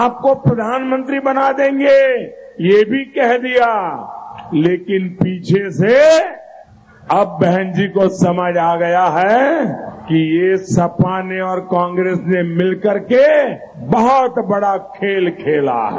आपको प्रधानमंत्री बना देंगे यह भी कह दिया लेकिन पीछे से अब बहन जी को यह समझ आ गया है कि ये सपा ने और कांग्रेस ने मिल कर के बहुत बड़ा खेल खेला है